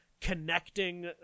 connecting